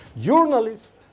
Journalists